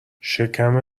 شکم